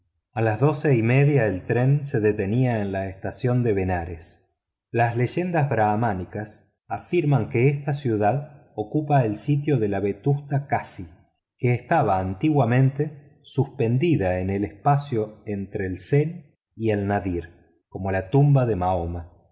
a las doce y media el tren se detenía en la estación de benarés las leyendas brahamánicas afirman que esta ciudad ocupa el sitio de la vetusta casi que estaba antiguamente suspendida en el espacio entre el cenit y el nadir como la tumba de mahoma